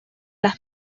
las